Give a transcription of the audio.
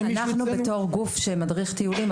בתור גוף שמדריך טיולים,